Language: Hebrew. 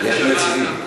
יש מציעים.